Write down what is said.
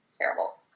terrible